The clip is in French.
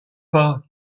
pas